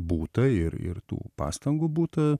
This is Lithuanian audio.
būta ir ir tų pastangų būta